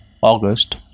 August